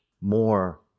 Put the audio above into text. more